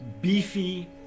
beefy